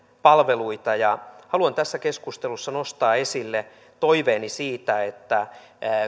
palveluita ja haluan tässä keskustelussa nostaa esille toiveeni siitä että